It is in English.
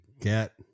get